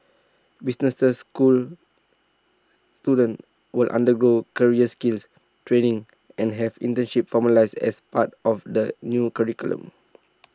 businesses school students will undergo career skins training and have internships formalised as part of the new curriculum